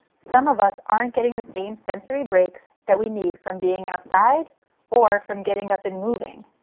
some of us aren't getting the same sensory breaks that we need from being outside or from getting up and moving.